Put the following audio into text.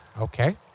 Okay